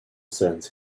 sense